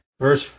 Verse